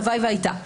הלוואי והיתה.